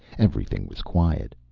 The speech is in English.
everything was quiet.